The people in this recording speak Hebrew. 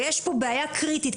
ויש פה בעיה קריטית,